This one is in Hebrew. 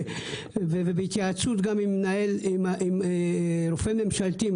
ובהתייעצות גם עם רופא ממשלתי,